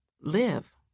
Live